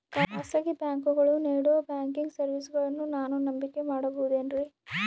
ಖಾಸಗಿ ಬ್ಯಾಂಕುಗಳು ನೇಡೋ ಬ್ಯಾಂಕಿಗ್ ಸರ್ವೇಸಗಳನ್ನು ನಾನು ನಂಬಿಕೆ ಮಾಡಬಹುದೇನ್ರಿ?